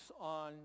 on